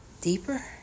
deeper